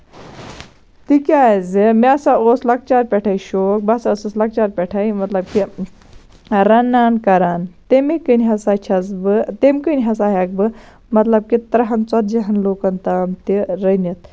تِکیازِ مےٚ ہسا اوس لۄکچار پٮ۪ٹھَے شوق بہٕ ہسا ٲسٕس لۄکچار پٮ۪ٹھٕے مطلب کہِ رَنان کران تَمی کِنۍ ہسا چھَس بہٕ تٔمۍ کِنۍ ہسا ہیٚکہٕ بہٕ مطلب کہِ تٔرہَن ژَتجی ہن لوٗکَن تام تہِ رٔنِتھ